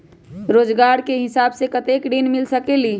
रोजगार के हिसाब से कतेक ऋण मिल सकेलि?